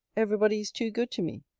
every body is too good to me.